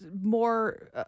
more